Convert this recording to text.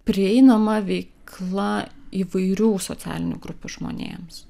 prieinama veikla įvairių socialinių grupių žmonėms